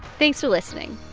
thanks for listening